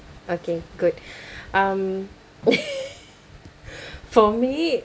okay good um for me